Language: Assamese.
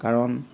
কাৰণ